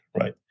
right